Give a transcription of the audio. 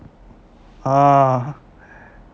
ah